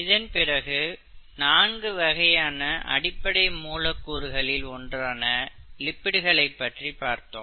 இதன்பிறகு நான்கு வகையான அடிப்படை மூலக்கூறுகளில் ஒன்றான லிபிடுகளை பற்றி பார்த்தோம்